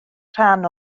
rhan